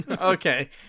Okay